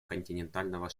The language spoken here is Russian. континентального